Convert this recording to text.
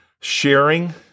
sharing